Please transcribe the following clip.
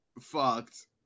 Fucked